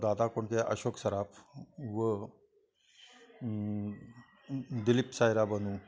दादा कोंडके अशोक सराफ व दिलीप सायरा बानू